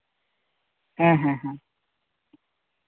ᱦᱮᱸ ᱦᱮᱸ ᱦᱮᱸ